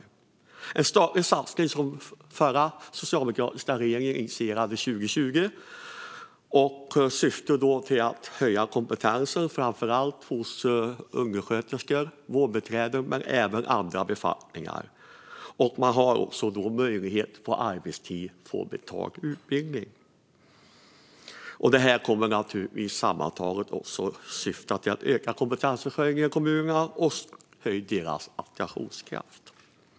Det är en statlig satsning som den förra, socialdemokratiska, regeringen initierade 2020. Syftet är att höja kompetensen hos framför allt undersköterskor och vårdbiträden, men det gäller även andra befattningar. Man har möjlighet att på arbetstid få betald utbildning. Det här kommer naturligtvis sammantaget att syfta till att öka kompetensförsörjningen i kommunerna och öka deras attraktionskraft.